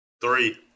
Three